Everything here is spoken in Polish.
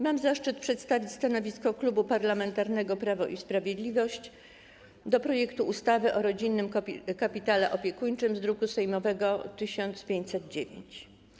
Mam zaszczyt przedstawić stanowisko Klubu Parlamentarnego Prawo i Sprawiedliwość dotyczące projektu ustawy o rodzinnym kapitale opiekuńczym z druku sejmowego nr 1509.